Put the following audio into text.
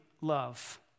love